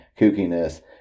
kookiness